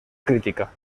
crítica